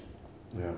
ya